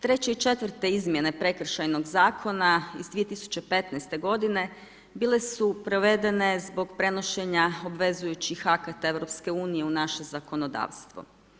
Treće i četvrte izmjene Prekršajnog zakona iz 2015. godine bile su provedene zbog prenošenja obvezujućih akata EU u naše zakonodavstvo.